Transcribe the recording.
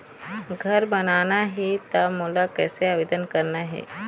घर बनाना ही त मोला कैसे आवेदन करना हे?